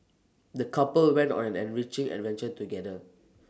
the couple went on an enriching adventure together